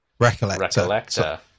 Recollector